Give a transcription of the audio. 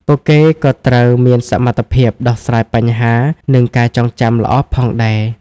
ពួកគេក៏ត្រូវមានសមត្ថភាពដោះស្រាយបញ្ហានិងការចងចាំល្អផងដែរ។